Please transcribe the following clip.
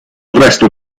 resto